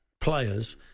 players